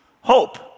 hope